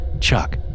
Chuck